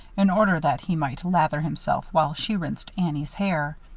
in order that he might lather himself while she rinsed annie's hair.